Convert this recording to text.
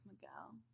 Miguel